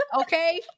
Okay